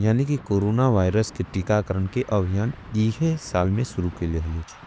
यानि की corona virus के टिका करन के अवयान इहे साल में सुरू केले हलेचे।